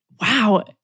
Wow